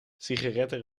sigaretten